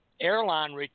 airline